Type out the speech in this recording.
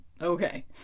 Okay